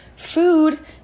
food